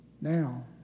now